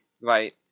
right